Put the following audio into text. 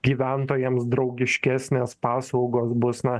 gyventojams draugiškesnės paslaugos bus na